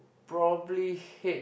probably hate